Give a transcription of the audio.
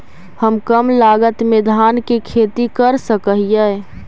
हम कम लागत में धान के खेती कर सकहिय?